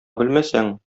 белмәсәң